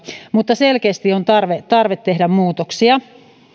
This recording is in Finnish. mutta selkeästi on tarve tarve tehdä muutoksia